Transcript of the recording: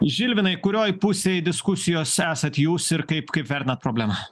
žilvinai kurioj pusėj diskusijos esat jūs ir kaip kaip vertinat problemą